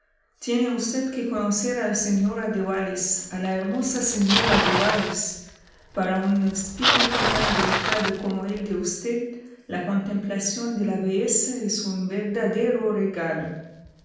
tiene usted que conocer a la señora de wallis a la hermosa señora de wallis para un espíritu tan delicado como el de usted la contemplación de la belleza es un verdadero regalo